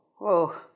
whoa